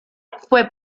fue